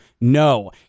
no